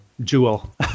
jewel